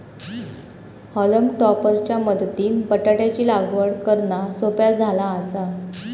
हॉलम टॉपर च्या मदतीनं बटाटयाची लागवड करना सोप्या झाला आसा